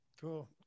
cool